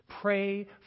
Pray